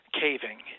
caving